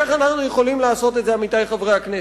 איך אנחנו יכולים לעשות את זה, עמיתי חברי הכנסת?